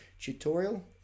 tutorial